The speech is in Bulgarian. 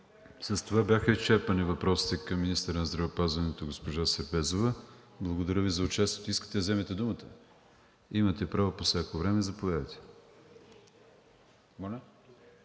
С това бяха изчерпани въпросите към министъра на здравеопазването госпожа Сербезова. Благодаря Ви за участието. Искате да вземете думата? Имате право по всяко време, заповядайте.